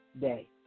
day